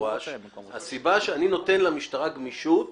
הסיבה שאני נותן למשטרה גמישות